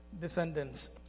descendants